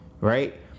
right